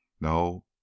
No